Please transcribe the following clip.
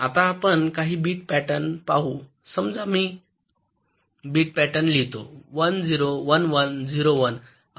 आता आपण काही बिट पॅटर्न पाहू समजा मी बिट पॅटर्न लिहितो 1 0 1 1 0 1